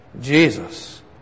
Jesus